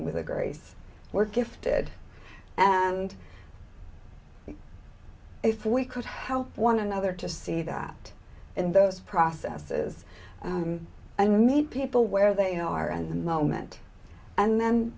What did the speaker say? with a grace we're gifted and if we could help one another to see that in those processes i meet people where they are in the moment and the